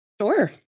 Sure